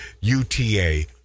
UTA